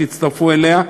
שהצטרפו אליה,